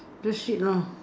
that's it lah